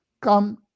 Come